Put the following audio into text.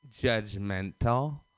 judgmental